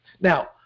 Now